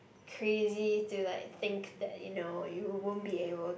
crazy to like think that you know you won't be able